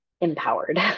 empowered